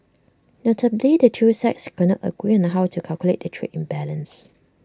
notably the two sides could not agree on how to calculate their trade imbalance